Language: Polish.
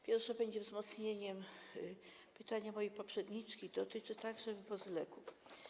Pierwsze będzie wzmocnieniem pytania mojej poprzedniczki, dotyczy także wywozu leków.